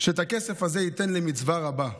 שאת הכסף הזה ייתן למצווה רבה.